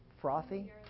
Frothy